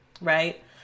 right